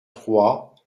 trois